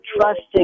trusting